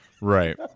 Right